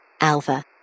Alpha